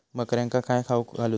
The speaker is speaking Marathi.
बकऱ्यांका काय खावक घालूचा?